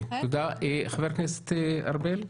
חבר הכנסת ארבל.